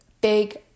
big